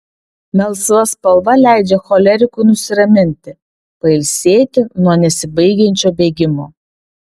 melsva spalva leidžia cholerikui nusiraminti pailsėti nuo nesibaigiančio bėgimo